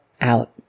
out